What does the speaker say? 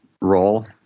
role